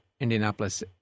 Indianapolis